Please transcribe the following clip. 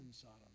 Sodom